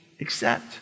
accept